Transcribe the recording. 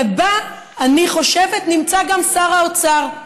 ובה אני חושבת נמצא גם שר האוצר,